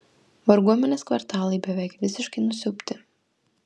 varguomenės kvartalai beveik visiškai nusiaubti